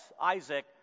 Isaac